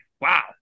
wow